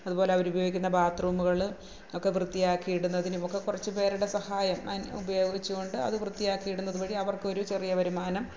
അതുപോലെ അവർ ഉപയോഗിക്കുന്ന ബാത്രൂമുകൾ ഒക്കെ വൃത്തിയാക്കി ഇടുന്നതിനുമൊക്കെ കുറച്ചുപേരുടെ സഹായം ഉപയോഗിച്ചുകൊണ്ട് അത് വൃത്തിയാക്കി ഇടുന്നത് വഴി അവര്ക്കൊരു ചെറിയ വരുമാനം